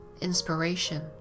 Inspiration